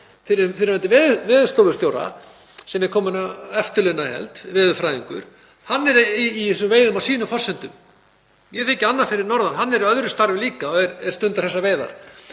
fyrrverandi veðurstofustjóra sem er kominn á eftirlaun, að ég held, veðurfræðings. Hann er í þessum veiðum á sínum forsendum. Ég þekki annan fyrir norðan, hann er í öðru starfi líka en stundar þessar veiðar.